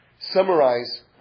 summarize